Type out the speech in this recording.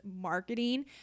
marketing